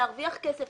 להרוויח כסף,